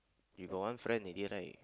you got one friend already right